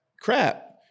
crap